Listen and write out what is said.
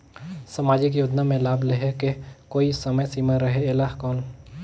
समाजिक योजना मे लाभ लहे के कोई समय सीमा रहे एला कौन?